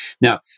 Now